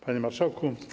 Panie Marszałku!